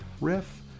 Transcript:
riff